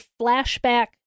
flashback